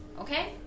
okay